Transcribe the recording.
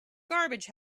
garbage